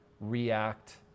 react